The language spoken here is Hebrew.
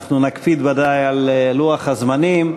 אנחנו ודאי נקפיד על לוח הזמנים.